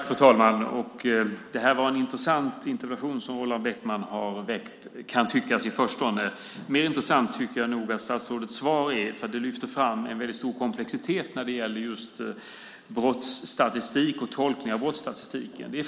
Fru talman! I förstone kan det tyckas vara en intressant interpellation som Roland Bäckman har väckt, men jag tycker nog att statsrådets svar är mer intressant. Det lyfter fram en väldigt stor komplexitet när det gäller just brottsstatistik och tolkning av brottsstatistik.